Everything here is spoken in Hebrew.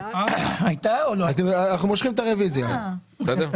אז אנחנו מושכים את הרוויזיה, בסדר?